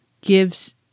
gives